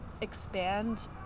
expand